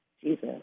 Jesus